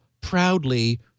proudly